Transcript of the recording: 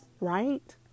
Right